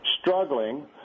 struggling